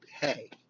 Hey